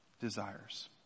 desires